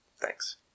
Thanks